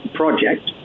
project